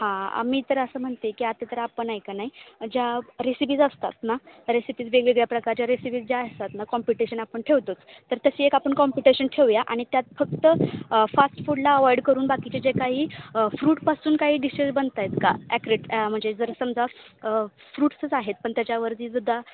हां आ मी तर असं म्हणते की आता तर आपण आहे का नाही ज्या रेसिपीज असतात ना रेसिपीज वेगवेगळ्या प्रकारच्या रेसिपीज ज्या असतात ना कॉम्पिटिशन आपण ठेवतोच तर तशी एक आपण कॉम्पिटिशन ठेवूया आणि त्यात फक्त फास्ट फूडला अवॉइड करून बाकीचे जे काही फ्रूटपासून काही डिशेस बनत आहेत का ॲक्रेट म्हणजे जर समजा फ्रुट्सच आहेत पण त्याच्यावरती सुद्धा